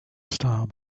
style